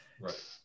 Right